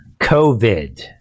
COVID